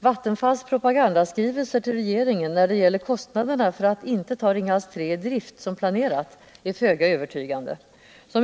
Vattenfalls propagandaskrivelser till regeringen när det gäller kostnaderna för att inte ta Ringhals 3 i drift som planerat är föga övertygande.